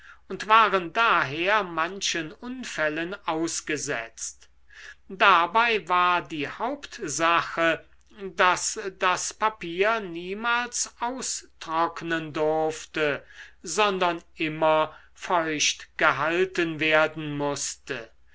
und waren daher manchen unfällen ausgesetzt dabei war die hauptsache daß das papier niemals austrocknen durfte sondern immer feucht gehalten werden mußte